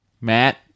Matt